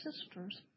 sisters